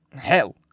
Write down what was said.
hell